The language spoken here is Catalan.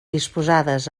disposades